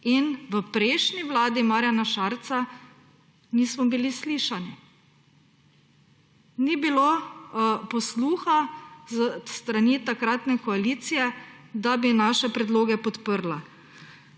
in v prejšnji vladi Marjana Šarca nismo bili slišani. Ni bilo posluha s strani takratne koalicije, da bi naše predloge podprla.